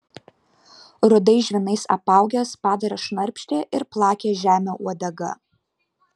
rudais žvynais apaugęs padaras šnarpštė ir plakė žemę uodega